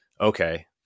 Okay